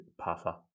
puffer